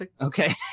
Okay